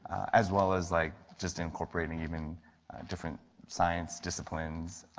as well as like just incorporating even different science, disciplines,